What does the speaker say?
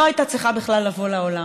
לא היו צריכים בכלל לבוא לעולם.